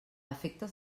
efectes